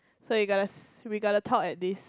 so we got to s~ we got to talk at this